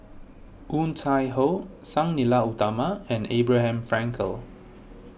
Woon Tai Ho Sang Nila Utama and Abraham Frankel